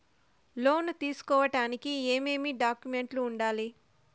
లోను తీసుకోడానికి ఏమేమి డాక్యుమెంట్లు ఉండాలి